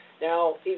Now